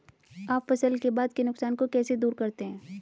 आप फसल के बाद के नुकसान को कैसे दूर करते हैं?